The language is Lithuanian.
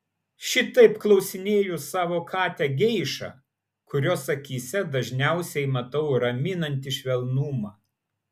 šitaip klausinėju savo katę geišą kurios akyse dažniausiai matau raminantį švelnumą